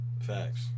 Facts